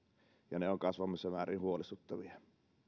ja ne ovat kasvavassa määrin huolestuttavia